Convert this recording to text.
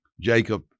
Jacob